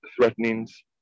threatenings